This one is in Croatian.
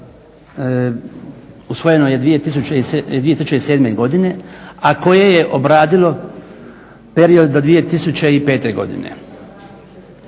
usvojeno je 2007. godine, a koje je obradilo period do 2005. godine.